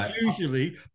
Usually